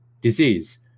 disease